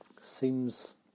seems